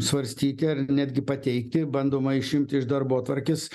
svarstyti ar netgi pateikti bandoma išimti iš darbotvarkės